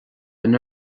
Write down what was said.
linn